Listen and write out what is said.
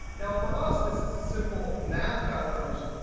now for us, this is a simple math calculation.